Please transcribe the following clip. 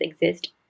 exist